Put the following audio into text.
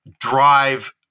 drive